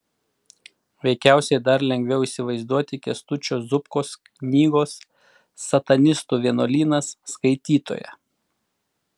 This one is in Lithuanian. veikiausiai dar lengviau įsivaizduoti kęstučio zubkos knygos satanistų vienuolynas skaitytoją